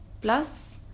Plus